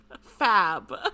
fab